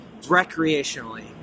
recreationally